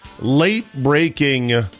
late-breaking